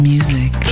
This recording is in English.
Music